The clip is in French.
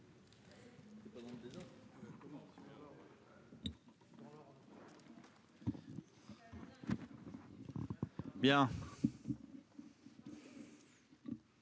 Bien.